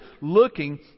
looking